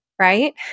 right